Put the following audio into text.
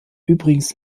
übrigens